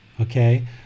Okay